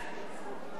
אמנון כהן,